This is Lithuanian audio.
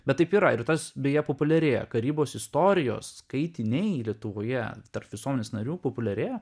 bet taip yra ir tas beje populiarėja karybos istorijos skaitiniai lietuvoje tarp visuomenės narių populiarėja